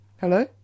Hello